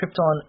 Krypton